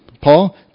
Paul